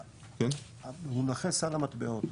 במונחי סל המטבעות,